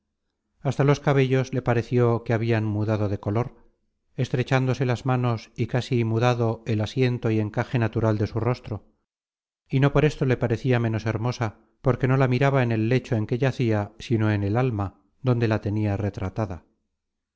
hasta los cabellos le pareció que habian mudado de color estrechádose las manos y casi mudado el asiento y encaje natural de su rostro y no por esto le parecia ménos hermosa porque no la miraba en el lecho en que yacia sino en el alma donde la tenia retratada